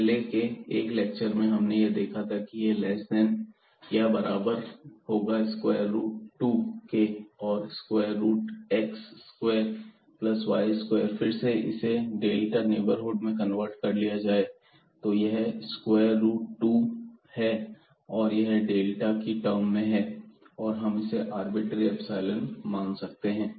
पहले के 1 लेक्चर में हमने यह देखा था कि यह लेस देन या बराबर होगा स्क्वायर रूट टू के और square root x square plus y square फिर से इसे डेल्टा नेबरहुड में कन्वर्ट कर लिया जाएगा तो यह स्क्वायर रूट 2 है और यह डेल्टा की टर्म में है और हम इसे एक आर्बिट्री इप्सिलोन मान सकते हैं